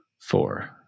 Four